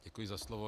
Děkuji za slovo.